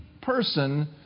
person